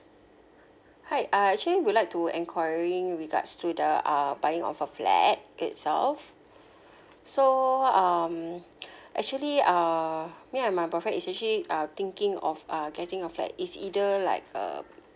hi uh I actually would like to enquiring regards to the uh buying of a flat itself so um actually uh me and my boyfriend is actually uh thinking of uh getting a flat is either like a